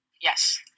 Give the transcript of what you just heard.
Yes